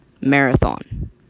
marathon